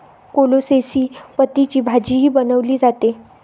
कोलोसेसी पतींची भाजीही बनवली जाते